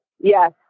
Yes